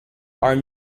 are